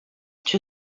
two